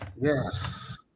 Yes